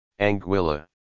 Anguilla